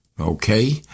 okay